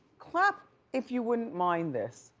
clap if you wouldn't mind this.